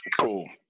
Cool